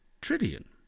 Trillion